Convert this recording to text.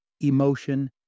emotion